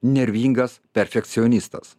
nervingas perfekcionistas